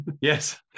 Yes